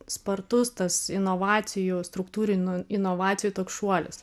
spartus tas inovacijų struktūrinų inovacijų toks šuolis